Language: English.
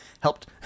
helped